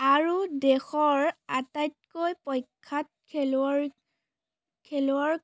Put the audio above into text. আৰু দেশৰ আটাইতকৈ প্ৰখ্যাত খেলুৱৈৰ খেলুৱৈৰ